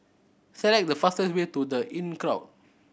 select the fastest way to The Inncrowd